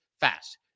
Fast